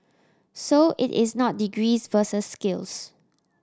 so it is not degrees versus skills